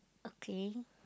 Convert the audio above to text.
okay